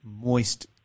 moist